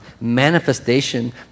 manifestation